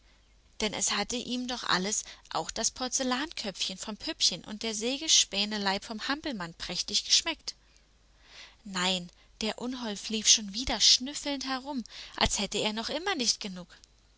denn es hatte ihm doch alles auch das porzellanköpfchen vom püppchen und der sägespäneleib vom hampelmann prächtig geschmeckt nein der unhold lief schon wieder schnüffelnd herum als hätte er noch immer nicht genug